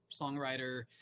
songwriter